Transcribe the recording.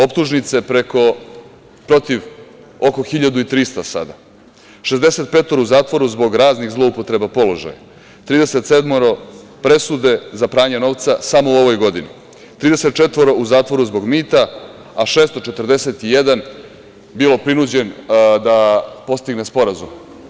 Optužnice protiv oko 1300 sada, 65 je u zatvoru zbog raznih zloupotreba položaja, 37 presude za pranje novca samo u ovoj godini, 34 u zatvoru zbog mita, a 641 bilo prinuđeno da postigne sporazum.